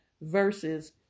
versus